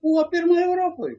buvo pirmi europoj